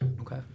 Okay